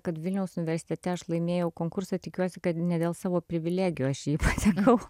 kad vilniaus universitete aš laimėjau konkursą tikiuosi kad ne dėl savo privilegijų aš jį sakau